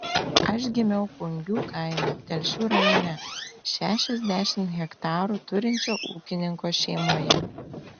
aš gimiau kungių kaime telšių rajone šešiasdešimt hektarų turinčio ūkininko šeimoje